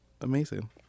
amazing